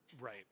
Right